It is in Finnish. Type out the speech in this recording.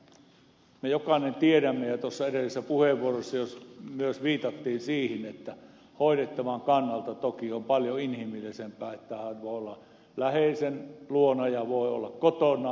me jokainen tiedämme ja tuossa edellisessä puheenvuorossa myös viitattiin siihen että hoidettavan kannalta toki on paljon inhimillisempää että hän voi olla läheisen luona ja voi olla kotonaan